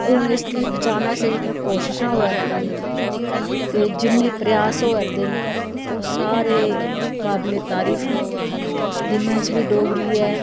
हून इसगी बचाने आस्तै जेह्कियां कोशिशां होआ दियां न ते जिन्ने प्रयास होआ'रदे न ओह सारे काबिले तारीफ न हून स्कूलें च बी डोगरी ऐ